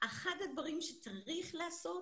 אחד הדברים שצריך לעשות,